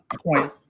point